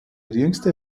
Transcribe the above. jüngste